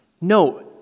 No